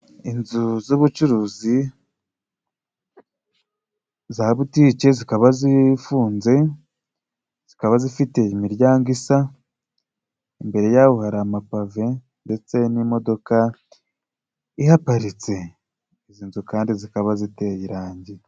Inzu z'ubucuruzi za butike, zikaba zifunze zikaba zifite imiryango isa, imbere yaho hari amapave ndetse n'imodoka ihaparitse, izi nzu kandi zikaba ziteye irangi.